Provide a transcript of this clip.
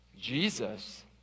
Jesus